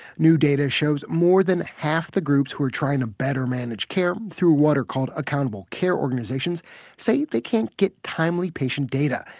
new data shows more than half the groups who are trying to better manage care through what are called accountable care organizations say they can't get timely patient data.